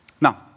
Now